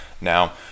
Now